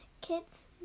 kids